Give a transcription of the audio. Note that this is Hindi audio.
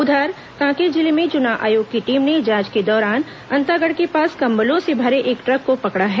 उधर कांकेर जिले में चुनाव आयोग की टीम ने जांच के दौरान अंतागढ़ के पास कम्बलों से भरे एक ट्रक को पकड़ा है